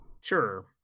Sure